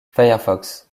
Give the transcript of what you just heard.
firefox